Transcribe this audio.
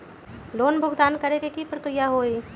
Loan भुगतान करे के की की प्रक्रिया होई?